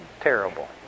terrible